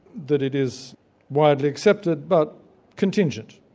that it is widely accepted, but contingent,